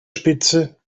spitze